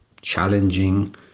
challenging